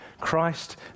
Christ